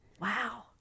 wow